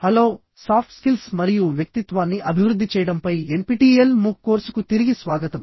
hello soft skills మరియు వ్యక్తిత్వాన్ని అభివృద్ధి చేయడంపై ఎన్పిటిఇఎల్ మూక్ కోర్సుకు తిరిగి స్వాగతం